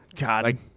god